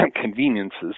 conveniences